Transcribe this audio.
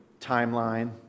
timeline